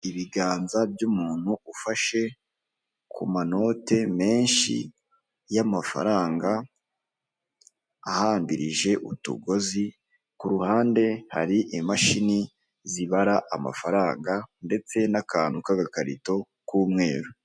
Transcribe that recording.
Ibiganza by'umuntu ufashe ku manote menshi y'amafaranga ahambirije utugozi, ku ruhande hari imashini zibara amafaranga ndetse n'akantu k'agakarito k'umweru.